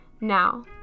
now